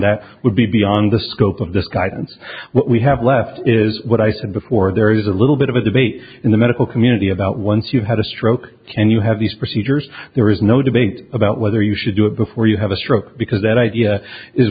that would be beyond the scope of this guidance what we have left is what i said before there is a little bit of a debate in the medical community about once you had a stroke and you have these procedures there is no debate about whether you should do it before you have a stroke because that idea is